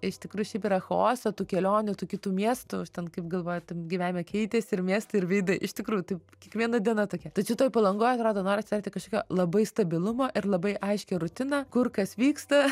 iš tikrųjų šiaip yra chaoso tų kelionių tų kitų miestų aš ten kaip galvoju gyvenime keitėsi ir miestai ir veidai iš tikrųjų taip kiekviena diena tokia tačiau toj palangoj atrodo norisi turėti kažkokią labai stabilumo ir labai aiškią rutiną kur kas vyksta